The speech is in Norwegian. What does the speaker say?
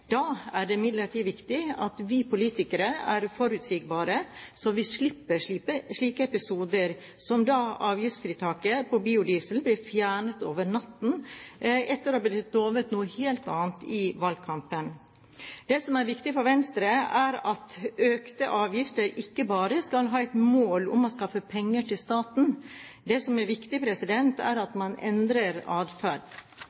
Da er det imidlertid viktig at vi politikere er forutsigbare, så vi slipper slike episoder som da avgiftsfritaket på biodiesel ble fjernet over natten, etter at man lovet noe helt annet i valgkampen. Det som er viktig for Venstre, er at økte avgifter ikke bare skal ha som mål å skaffe penger til staten. Det som er viktig, er